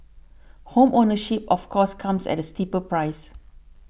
home ownership of course comes at a steeper price